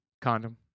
Condom